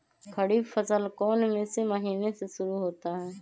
खरीफ फसल कौन में से महीने से शुरू होता है?